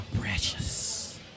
Precious